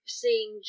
seeing